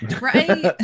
Right